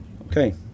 Okay